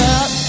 up